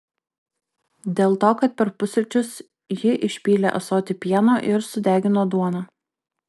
dėl to kad per pusryčius ji išpylė ąsotį pieno ir sudegino duoną